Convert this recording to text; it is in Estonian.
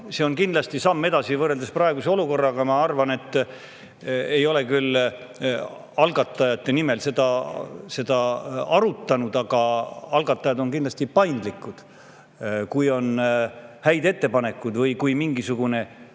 see on kindlasti samm edasi võrreldes praeguse olukorraga. Ei ole küll [teiste] algatajatega seda arutanud, aga algatajad on kindlasti paindlikud. Kui on häid ettepanekuid või kui tekib mingisugune